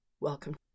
welcome